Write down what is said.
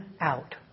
out